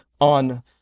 on